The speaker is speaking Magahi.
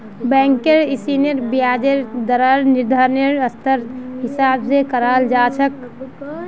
बैंकेर ऋनेर ब्याजेर दरेर निर्धानरेर स्थितिर हिसाब स कराल जा छेक